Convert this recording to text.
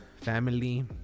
family